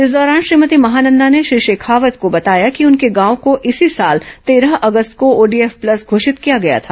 इस दौरान श्रीमती महानंदा ने श्री शेखावत को बताया कि उनके गांव को इसी साल तेरह अगस्त को ओडीएफ प्लस घोषित किया गया था